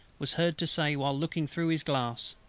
was heard to say while looking through his glass,